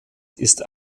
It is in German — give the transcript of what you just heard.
ist